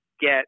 get